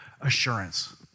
assurance